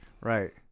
right